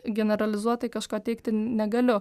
generalizuotai kažko teigti negaliu